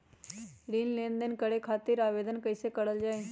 ऋण लेनदेन करे खातीर आवेदन कइसे करल जाई?